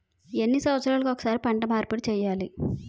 ఎన్ని సంవత్సరాలకి ఒక్కసారి పంట మార్పిడి చేయాలి?